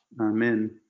Amen